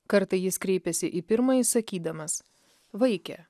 kartą jis kreipėsi į pirmąjį sakydamas vaike